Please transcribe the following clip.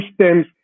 systems